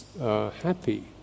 happy